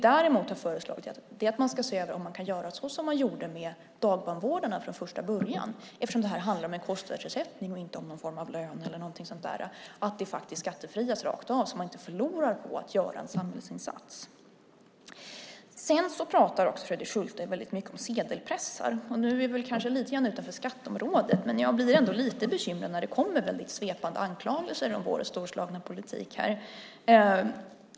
Däremot har vi föreslagit att man ska se över om man kan göra som man gjorde med dagbarnvårdarna från första början eftersom det här handlar om en kostnadsersättning och inte om någon form av lön eller dylikt, och att det skattebefrias rakt av så att man inte förlorar på att göra en samhällsinsats. Fredrik Schulte pratar också mycket om sedelpressar. Vi kanske är lite utanför skatteområdet, men jag blir ändå lite bekymrad när det kommer svepande anklagelser om vår storslagna politik.